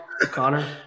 Connor